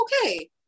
okay